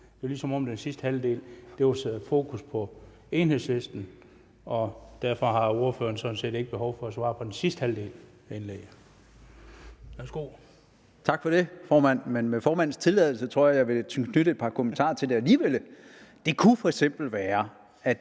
Det var, som om den sidste halvdel havde fokus på Enhedslisten, og derfor er der sådan set ikke behov for, at ordføreren svarer på den sidste halvdel af indlægget.